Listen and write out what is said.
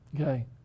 Okay